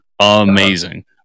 Amazing